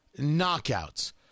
knockouts